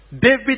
David